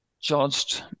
judged